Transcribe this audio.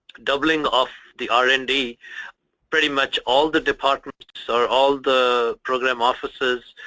doubling of the r and d pretty much all the departments or all the program offices,